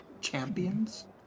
champions